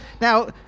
now